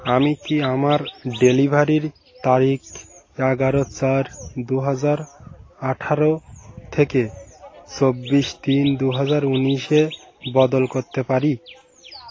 আমি কি আমার ডেলিভারির তারিখ এগারো চার দু হাজার আঠারো থেকে চব্বিশ তিন দু হাজার উনিশে বদল করতে পারি